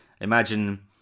Imagine